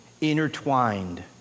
intertwined